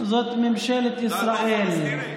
זאת ממשלת ישראל.